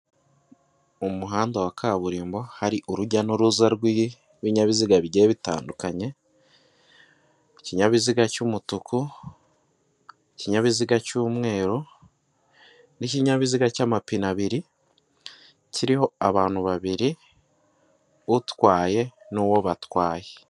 Umuhanda wa kaburimbo, hari urujya n'uruza rw' ibibinyabiziga bigenda bitandukanye, ikinyabiziga cy'umutuku, iyabiziga cy'umweru, n'ikinyabiziga cy'amapine abiri kiriho abantu babiri, utwaye n'uwo batwaye.